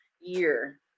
year